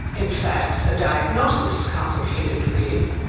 in fact, a diagnosis, complicated grief.